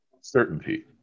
Certainty